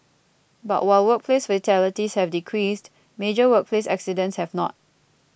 but while workplace fatalities have decreased major workplace accidents have not